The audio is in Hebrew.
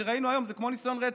שראינו היום שזה כמו ניסיון רצח.